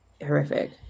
horrific